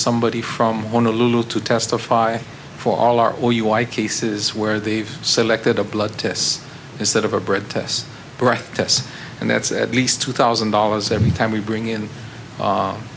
somebody from one a little to testify for all are all you i cases where they've selected a blood tests is that of a breath test breath tests and that's at least two thousand dollars every time we bring in